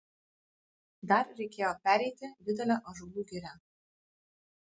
dar reikėjo pereiti didelę ąžuolų girią